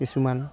কিছুমান